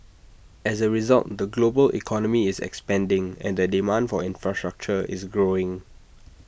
as A result the global economy is expanding and the demand for infrastructure is growing